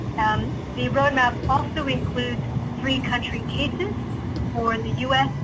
um the roadmap also include three country cases for the us,